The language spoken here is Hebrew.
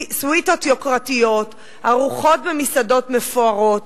סוויטות יוקרתיות, ארוחות במסעדות מפוארות,